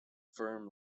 firm